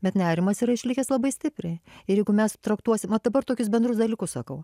bet nerimas yra išlikęs labai stipriai ir jeigu mes traktuosim va dabar tokius bendrus dalykus sakau